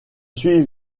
suis